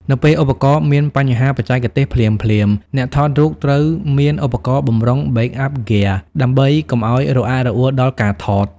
នៅពេលឧបករណ៍មានបញ្ហាបច្ចេកទេសភ្លាមៗ អ្នកថតរូបត្រូវមានឧបករណ៍បម្រុង (Backup Gear) ដើម្បីកុំឱ្យរអាក់រអួលដល់ការថត។